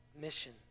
mission